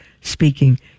speaking